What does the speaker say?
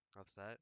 Upset